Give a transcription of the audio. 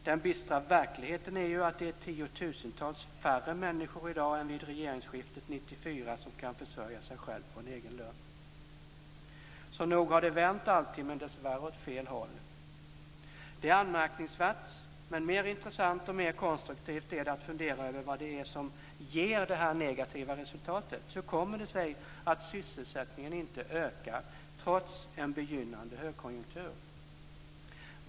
Den bistra verkligheten är ju att det är tiotusentals färre människor i dag än vid regeringsskiftet 1994 som kan försörja sig själva på en egen lön. Så nog har det vänt alltid, men dessvärre åt fel håll. Det är anmärkningsvärt. Men mer intressant, och mer konstruktivt, är det att fundera över vad det är som ger det här negativa resultatet. Hur kommer det sig att sysselsättningen inte ökar trots en begynnande högkonjunktur?